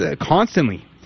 constantly